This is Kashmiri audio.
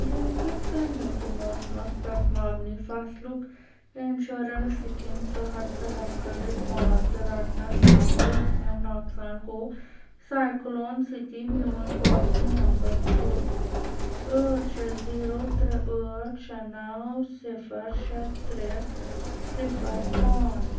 بیٚیہِ کِتھ کٔنۍ ہیٚکہِ موسمَس پٮ۪ٹھ مبنی فصلُک اِنشورٮ۪نٕس سکیٖم تحت پہل کٔرِتھ مازٕ رَٹنَس منٛز یُس مےٚ نۄقصان گوٚو سایکٕلون سۭتی میون پالسی نمبر چھُ ٲٹھ شےٚ زیٖرو ترٛےٚ ٲٹھ شےٚ نَو صِفر شےٚ ترٛےٚ صِفر پانٛژھ